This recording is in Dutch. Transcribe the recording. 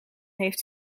heeft